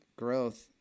growth